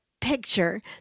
picture